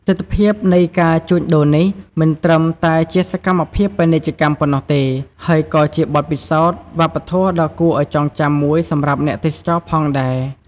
ទិដ្ឋភាពនៃការជួញដូរនេះ មិនត្រឹមតែជាសកម្មភាពពាណិជ្ជកម្មប៉ុណ្ណោះទេ ហើយក៏ជាបទពិសោធន៍វប្បធម៌ដ៏គួរឱ្យចងចាំមួយសម្រាប់អ្នកទេសចរណ៍ផងដែរ។